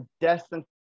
destined